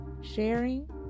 sharing